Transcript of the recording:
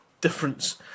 difference